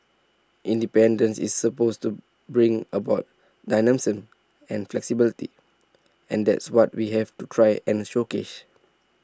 independence is supposed to bring about dynamism and flexibility and that's what we have to try and showcase